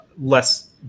less